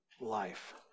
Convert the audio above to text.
life